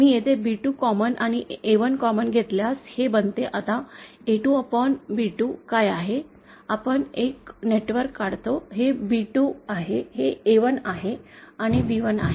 मी येथे B2 common आणि A1 common घेतल्यास हे बनते आता A2B2 काय आहे आपण एक नेटवर्क काढतो हे B2 आहे हे A1 आहे आणि हे B1 आहे